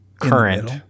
current